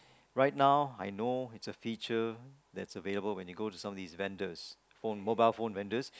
right now I know it's a feature that is available when you go to some of these vendors phone mobile phone vendors